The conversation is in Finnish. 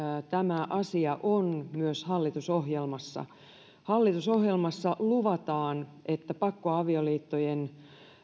tämä asia on myös hallitusohjelmassa hallitusohjelmassa luvataan että pakkoavioliittojen